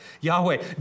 Yahweh